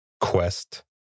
quest